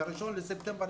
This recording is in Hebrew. ב-1 בספטמבר,